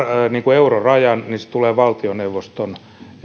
eurorajan niin se tulee valtioneuvoston